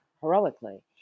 heroically